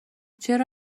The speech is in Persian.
چرا